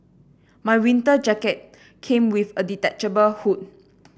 my winter jacket came with a detachable hood